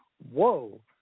whoa